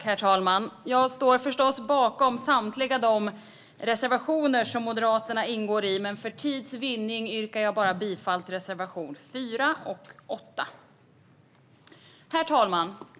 Herr talman! Jag står förstås bakom samtliga de reservationer som Moderaterna har del i, men för tids vinnande yrkar jag bara bifall till reservationerna 4 och 8. Herr talman!